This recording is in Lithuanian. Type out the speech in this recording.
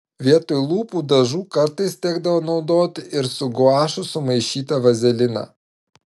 vietoj lūpų dažų kartais tekdavo naudoti ir su guašu sumaišytą vazeliną